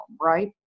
right